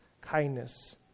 kindness